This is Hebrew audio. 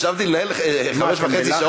ישבתי לנהל חמש שעות וחצי,